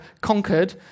conquered